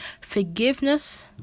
Forgiveness